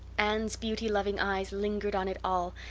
anne's beauty-loving eyes lingered on it all,